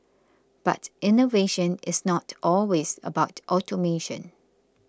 but innovation is not always about automation